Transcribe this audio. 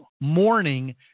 morning